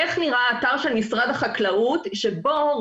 איך נראה האתר של משרד החקלאות כשהציבור